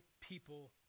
people